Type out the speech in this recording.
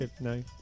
No